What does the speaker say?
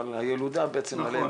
אבל הילודה בעצם --- נכון.